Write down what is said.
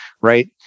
right